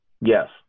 Yes